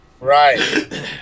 Right